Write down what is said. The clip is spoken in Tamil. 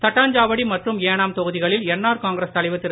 தட்டாஞ்சாவடி மற்றும் ஏனாம் தொகுதிகளில் என்ஆர் காங்கிரஸ் தலைவர் திரு